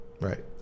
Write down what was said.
Right